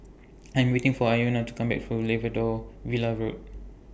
I Am waiting For Iona to Come Back For Labrador Villa Road